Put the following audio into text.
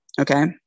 okay